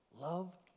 Love